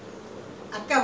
nonsense you fair